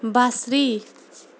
بصری